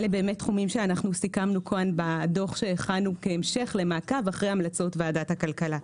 אלה תחומים שסיכמנו בדוח שהכנו כהמשך למעקב אחרי המלצות ועדת הכלכלה.